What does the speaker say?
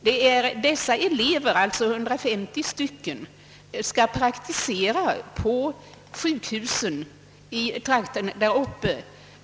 natur, är att de 150 eleverna skulle praktisera på sjukhusen i trakten av skolan.